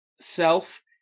self